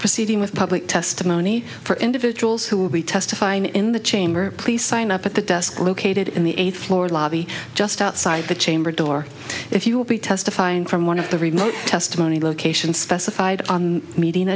proceeding with public testimony for individuals who will be testifying in the chamber please sign up at the desk located in the eighth floor lobby just outside the chamber door if you will be testifying from one of the remote testimony locations specified meeting